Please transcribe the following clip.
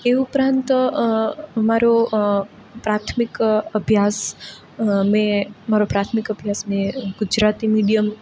એ ઉપરાંત મારો પ્રાથમિક અભ્યાસ મેં મારો પ્રાથમિક અભ્યાસ મેં ગુજરાતી મીડીયમ